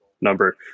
number